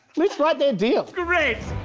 let's write that deal. great!